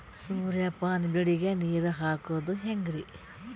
ಸೂರ್ಯಪಾನ ಬೆಳಿಗ ನೀರ್ ಹಾಕೋದ ಹೆಂಗರಿ?